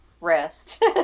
rest